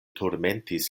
turmentis